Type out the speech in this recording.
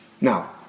Now